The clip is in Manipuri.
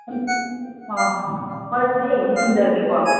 ꯑꯥ ꯍꯣꯏ ꯑꯗꯨꯗꯤ ꯑꯩ ꯑꯃꯨꯛ ꯊꯝꯖꯔꯒꯦꯀꯣ